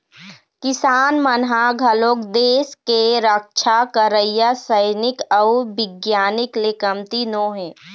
किसान मन ह घलोक देस के रक्छा करइया सइनिक अउ बिग्यानिक ले कमती नो हे